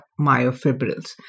myofibrils